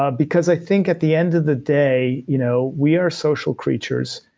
ah because i think at the end of the day, you know we are social creatures.